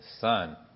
Son